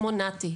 כמו למשל נת"י,